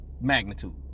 magnitude